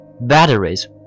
batteries